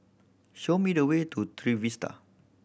show me the way to Trevista